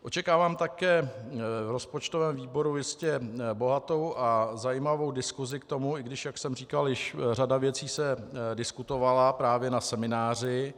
Očekávám také v rozpočtovém výboru jistě bohatou a zajímavou diskusi k tomu, i když jak jsem říkal, již řada věcí se diskutovala právě na semináři.